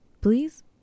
Please